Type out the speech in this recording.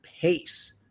pace